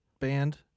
band